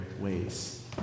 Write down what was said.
ways